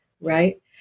right